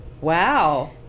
wow